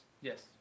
Yes